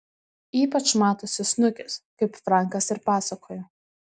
ypač matosi snukis kaip frankas ir pasakojo